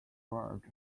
burge